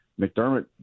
McDermott